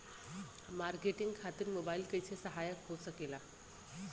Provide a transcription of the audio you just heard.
Marketing खातिर mobile कइसे सहायक हो सकेला?